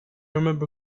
remember